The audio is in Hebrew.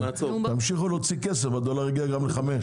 תמשיכו להוציא כסף והדולר יגיע גם ל-5.